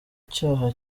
cyaha